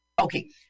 Okay